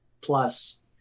Plus